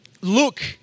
Look